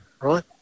right